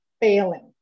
failing